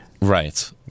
right